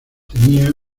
tenía